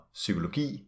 psykologi